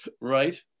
right